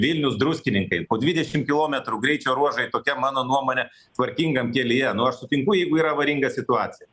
vilnius druskininkai po dvidešim kilometrų greičio ruožai tokiam mano nuomone tvarkingam kelyje nu aš sutinku jeigu yra avaringa situacija